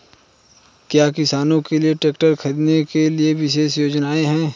क्या किसानों के लिए ट्रैक्टर खरीदने के लिए विशेष योजनाएं हैं?